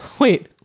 Wait